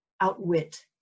outwit